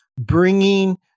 bringing